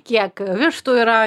kiek vištų yra